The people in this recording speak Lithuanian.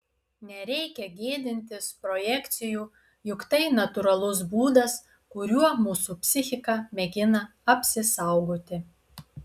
nereikia gėdintis projekcijų juk tai natūralus būdas kuriuo mūsų psichika mėgina apsisaugoti